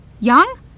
Young